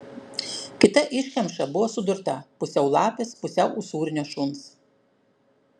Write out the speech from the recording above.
kita iškamša buvo sudurta pusiau lapės pusiau usūrinio šuns